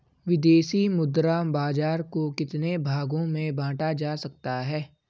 विदेशी मुद्रा बाजार को कितने भागों में बांटा जा सकता है?